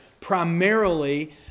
primarily